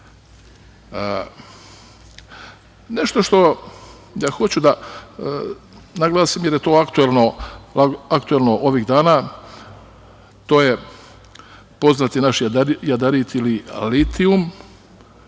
posla. Nešto što ja hoću da naglasim je da je to aktuelno ovih dana, to je poznati naš jadarit ili litijum.